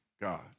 God